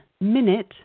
Minute